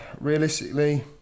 realistically